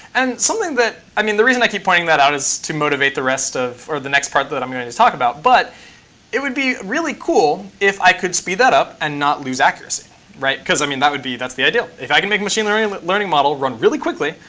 and something that i mean the reason i keep pointing that out is to motivate the rest of or the next part that i'm going to to talk about. but it would be really cool if i could speed that up and not lose accuracy because i mean that would be that's the ideal, if i can make machine learning learning model run really quickly,